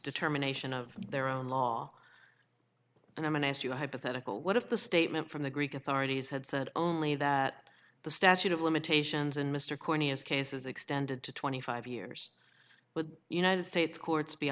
determination of their own law and i've been asked you a hypothetical what if the statement from the greek authorities had said only that the statute of limitations in mr corneas case is extended to twenty five years with the united states courts be